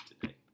today